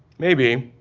maybe,